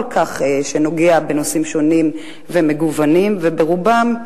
שנוגע בנושאים שונים ומגוונים כל כך, וברובם,